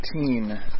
19